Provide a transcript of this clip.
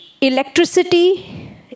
Electricity